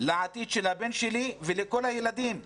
ביחס לעתיד של הבן שלי ושל כל הילדים במדינה.